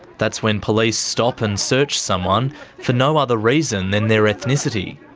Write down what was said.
that's when police stop and search someone for no other reason than their ethnicity.